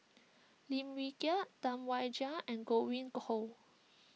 Lim Wee Kiak Tam Wai Jia and Godwin Koay